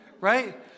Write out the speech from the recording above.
right